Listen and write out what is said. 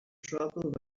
trouble